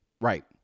right